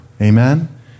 Amen